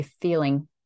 feeling